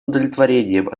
удовлетворением